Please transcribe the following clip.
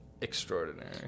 extraordinary